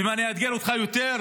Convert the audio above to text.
ואם אני אאתגר אותך יותר,